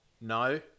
No